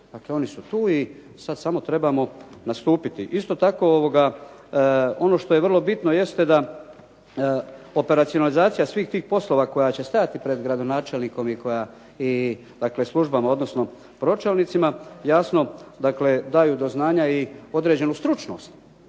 Dakle, oni su tu i sada samo trebamo nastupiti. Isto tako ono što je vrlo bitno jeste da operacionalizacija svih tih poslova koja će stajati pred gradonačelnikom i koja službama odnosno pročelnicima, jasno daju do znanja i određenu stručnost.